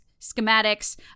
schematics